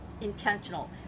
intentional